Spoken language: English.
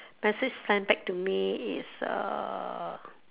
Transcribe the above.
message send back to me is uh